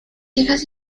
hijos